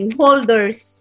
holders